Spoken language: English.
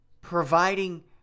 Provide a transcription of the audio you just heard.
providing